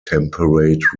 temperate